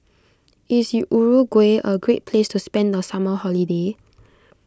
is Uruguay a great place to spend the summer holiday